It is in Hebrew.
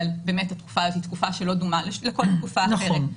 אבל באמת התקופה הזאת היא תקופה שלא דומה לכל התקופה אחרת.